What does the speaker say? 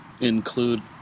include